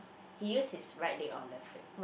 he used his right leg or left leg